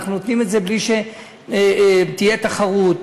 נותנים את זה בלי שתהיה תחרות.